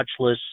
touchless